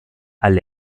alle